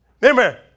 Remember